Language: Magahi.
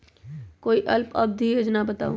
कोई अल्प अवधि योजना बताऊ?